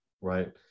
Right